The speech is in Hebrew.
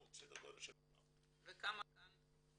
סדר גודל של 400. וכמה כאן?